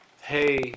hey